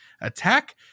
Attack